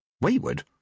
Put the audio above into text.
Wayward